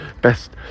best